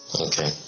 Okay